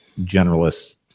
generalists